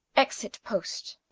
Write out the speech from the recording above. exit post.